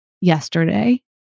yesterday